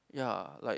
ya like